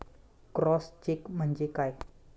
Cross check म्हणजे काय?